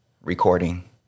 recording